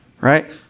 Right